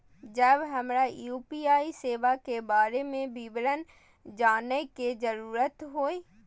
जब हमरा यू.पी.आई सेवा के बारे में विवरण जानय के जरुरत होय?